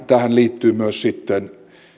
tähän liittyvät myös sitten